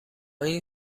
این